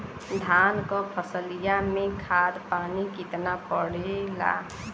धान क फसलिया मे खाद पानी कितना पड़े ला?